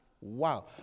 Wow